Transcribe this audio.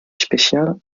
especial